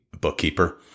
bookkeeper